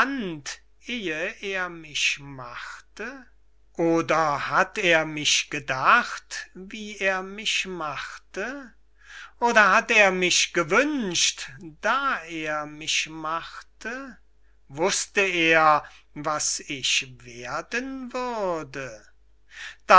er mich machte oder hat er an mich gedacht wie er mich machte oder hat er mich gewünscht da er mich machte wußte er was ich werden würde